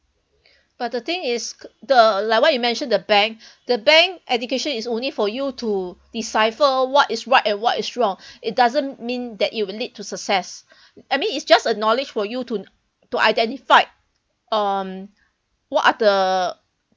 but the thing is the like what you mentioned the bank the bank education is only for you to decipher what is right and what is wrong it doesn't mean that it will lead to success I mean it's just a knowledge for you to to identify um what are the